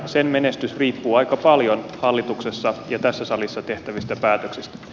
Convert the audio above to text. sen menestys riippuu aika paljon hallituksessa ja tässä salissa tehtävistä päätöksistä